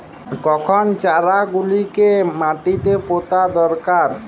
কখন চারা গুলিকে মাটিতে পোঁতা দরকার?